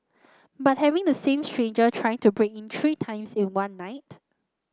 but having the same stranger trying to break in three times in one night